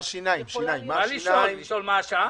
מה לשאול, לשאול מה השעה?